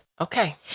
Okay